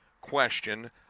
question